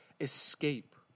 escape